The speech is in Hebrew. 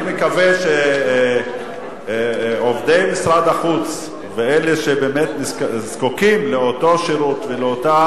אני מקווה שעובדי משרד החוץ ואלה שבאמת זקוקים לאותו שירות ולאותו